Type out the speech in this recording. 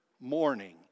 morning